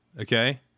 Okay